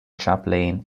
chaplain